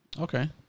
Okay